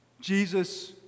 Jesus